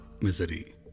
misery